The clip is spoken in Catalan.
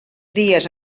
dies